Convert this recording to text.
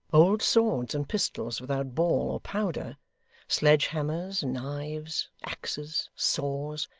old swords, and pistols without ball or powder sledge-hammers, knives, axes, saws,